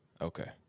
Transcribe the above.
Okay